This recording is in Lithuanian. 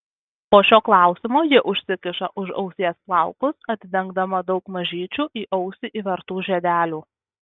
po šio klausimo ji užsikiša už ausies plaukus atidengdama daug mažyčių į ausį įvertų žiedelių